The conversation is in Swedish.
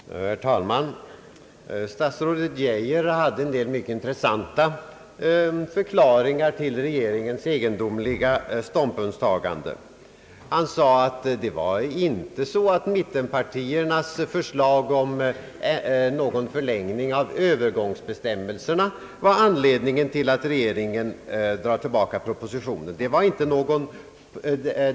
Herr talman! Statsrådet Geijer hade en del mycket intressanta förklaringar till regeringens ståndpunktstagande. Han sade att det inte var mittenpartiernas förslag om förlängning av Öövergångsbestämmelserna som var anledningen till att regeringen dragit tillbaka propositionen.